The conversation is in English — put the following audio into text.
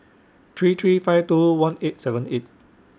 three three five two one eight seven eight